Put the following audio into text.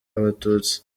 abatutsi